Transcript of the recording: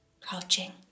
crouching